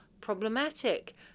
problematic